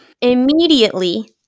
Immediately